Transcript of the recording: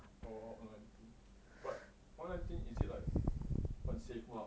orh online dating but online dating is it like 很 safe mah